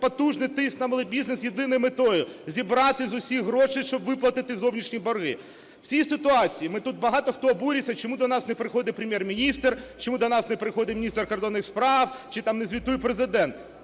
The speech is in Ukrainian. потужний тиск на малий бізнес з єдиною метою – зібрати з усіх гроші, щоб виплатити зовнішні борги. В цій ситуації ми тут багато хто обурюємося, чому до нас не приходить Прем'єр-міністр, чому до нас не приходить міністр закордонних справ чи там не звітує Президент?